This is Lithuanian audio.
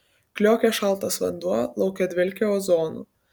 kliokė šaltas vanduo lauke dvelkė ozonu